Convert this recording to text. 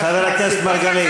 חבר הכנסת מרגלית.